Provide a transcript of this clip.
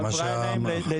הועברה אליהם לדיון.